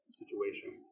situation